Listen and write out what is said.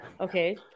okay